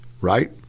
right